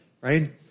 right